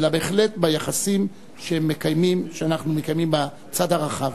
אלא בהחלט ביחסים שאנחנו מקיימים בצד הרחב.